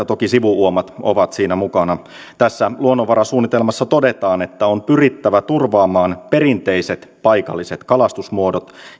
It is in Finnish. toki sivu uomat ovat siinä mukana tässä luonnonvarasuunnitelmassa todetaan että on pyrittävä turvaamaan perinteiset paikalliset kalastusmuodot